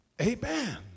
Amen